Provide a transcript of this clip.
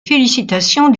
félicitations